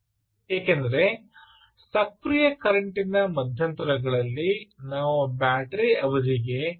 ಏಕೆಂದರೆ ಸಕ್ರಿಯ ಕರೆಂಟಿನ ಮಧ್ಯಂತರಗಳಲ್ಲಿ ನಾವು ಬ್ಯಾಟರಿ ಅವಧಿಗೆ ಪ್ರಮುಖ ಕೊಡುಗೆ ನೀಡುವುದಿಲ್ಲ